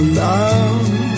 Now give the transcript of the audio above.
love